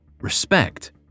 respect